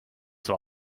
zwar